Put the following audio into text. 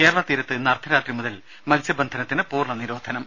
കേരള തീരത്ത് ഇന്ന് അർധ രാത്രി മുതൽ മത്സ്യ ബന്ധനത്തിന് പൂർണ്ണ നിരോധനം